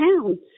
town